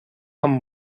amb